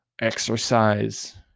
exercise